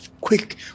quick